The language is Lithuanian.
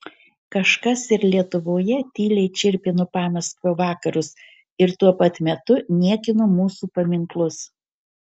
kažkas ir lietuvoje tyliai čirpino pamaskvio vakarus ir tuo pat metu niekino mūsų paminklus